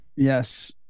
Yes